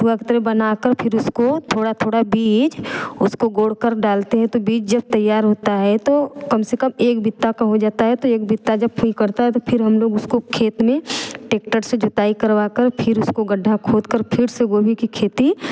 बनाकर फिर उसको थोड़ा थोड़ा बीज उसको गोर कर डालते हैं तो बीज जब तैयार होता है तो कम से कम एक बिता का हो जाता है तो एक बिता जब भी करता है तो फिर हम लोग उसको खेत में ट्रैक्टर से जुताई करवारकर फिर उसको गड्ढा खोदकर फिर से गोभी की खेती